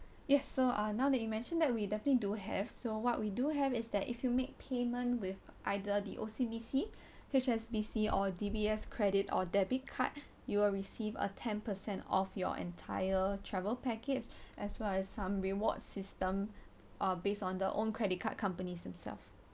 yes so uh now that you mentioned that we definitely do have so what we do have is that if you make payment with either the O_C_B_C H_S_B_C or D_B_S credit or debit card you will receive a ten percent of your entire traveled package as well as some reward system uh based on the own credit card companies themselves